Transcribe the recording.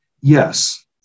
Yes